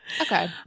Okay